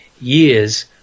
years